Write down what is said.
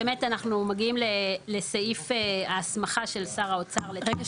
באמת אנחנו מגיעים לסעיף ההסמכה של שר האוצר --- רגע,